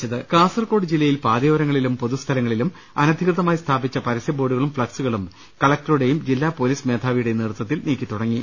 ്്്്് കാസർകോട് ജില്ലയിൽ പാതയോരങ്ങളിലും പൊതുസ്ഥലങ്ങളിലും അനധികൃതമായി സ്ഥാപിച്ച പരസ്യബോർഡുകളും ഫ്ളക്സുകളും കലക്ടറുടെയും ജില്ലാ പൊലീസ് മേധാവിയുടെയും നേതൃത്തിൽ നീക്കി തുടങ്ങി